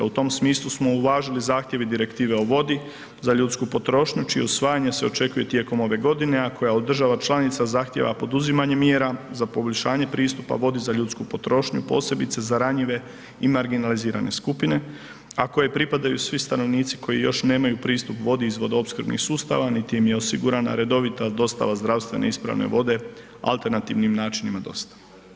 U tom smislu smo uvažili zahtjev i direktive o vodi za ljudsku potrošnju čije usvajanje se očekuje tijekom ove godine a koja od država članica zahtjeva poduzimanje mjera za poboljšanje pristupa vodi za ljudsku potrošnju posebice za ranjive i marginalizirane skupine a kojima pripadaju svi stanovnici koji još nemaju pristup vodi iz vodoopskrbnih sustava niti im je osigurana redovita dostava zdravstvene ispravne vode alternativnim načinima dostave.